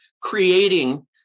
creating